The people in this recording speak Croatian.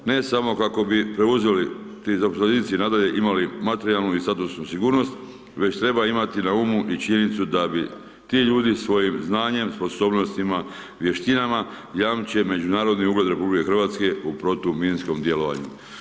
Ne samo kako bi preuzeli ti zaposlenici nadalje imali materijalnu i statusnu sigurnost, već treba imati na umu i činjenicu da bi ti ljudi svojim znanjem, sposobnostima, vještinama, jamče međunarodni ugled Republike Hrvatske u protuminskom djelovanju.